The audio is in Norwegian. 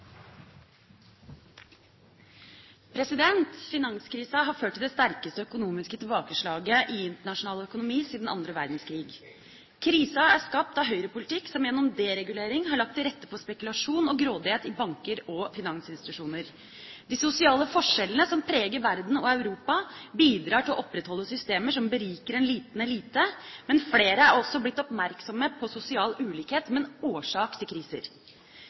Finanskrisa har ført til det sterkeste økonomiske tilbakeslaget i internasjonal økonomi siden annen verdenskrig. Krisa er skapt av høyrepolitikk som gjennom deregulering har lagt til rette for spekulasjon og grådighet i banker og finansinstitusjoner. De sosiale forskjellene som preger verden og Europa, bidrar til å opprettholde systemer som beriker en liten elite, men flere er også blitt oppmerksomme på sosial ulikhet som en årsak til kriser.